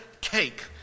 cake